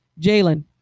Jalen